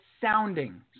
sounding